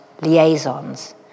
Liaisons